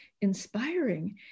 inspiring